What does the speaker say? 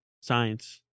Science